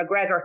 McGregor